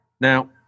Now